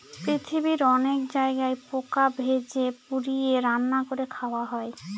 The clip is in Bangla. পৃথিবীর অনেক জায়গায় পোকা ভেজে, পুড়িয়ে, রান্না করে খাওয়া হয়